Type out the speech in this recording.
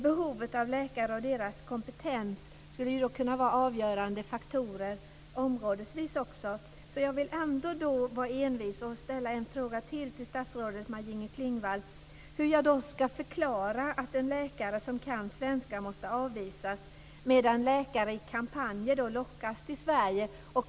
Behovet av läkare och deras kompetens skulle kunna vara avgörande faktorer för varje område. Jag vill vara envis och ställa ytterligare en fråga till statsrådet Maj-Inger Klingvall. Hur ska jag förklara att en läkare som kan svenska måste avvisas, medan läkare i kampanjer lockas till Sverige?